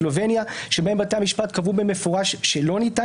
סלובניה שבהן בתי המשפט קבעו במפורש שלא ניתן